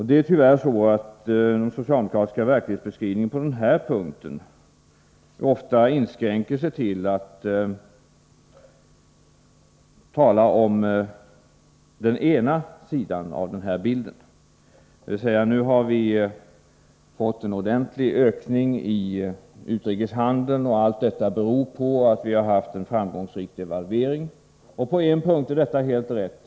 Den socialdemokratiska verklighetsbeskrivningen inskränker sig tyvärr på den här punkten ofta till att man talar om den ena sidan av bilden: Nu har vi fått en ordentlig ökning i utrikeshandeln, och allt detta beror på att vi har haft en framgångsrik devalvering. På en punkt är detta helt rätt.